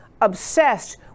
obsessed